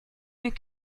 mieux